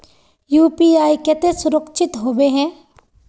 UPI केते सुरक्षित होबे है?